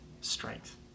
strength